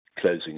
closing